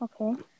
Okay